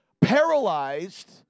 paralyzed